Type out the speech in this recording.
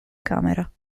camera